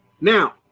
Now